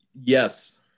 yes